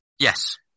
Yes